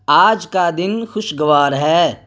آج کا دن خوشگوار ہے